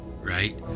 right